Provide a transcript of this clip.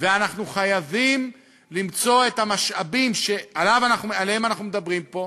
ואנחנו חייבים למצוא את המשאבים שעליהם אנחנו מדברים פה,